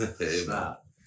Stop